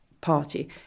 party